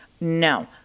No